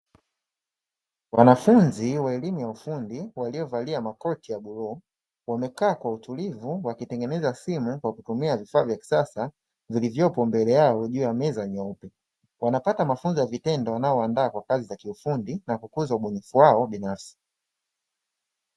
Wanafunzi wa elimu ya ufundi waliovalia makoti ya bluu wamekaa kwa utulivu wakitengeneza simu kwa kutumia vifaa vya kisasa vikivyopo mbele yao juu ya meza nyeupe. Wanapata mafunzo ya vitendo unaowaandaa kwa kazi za kiufundi na kukuza ubunifu wao binafsi.